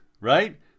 right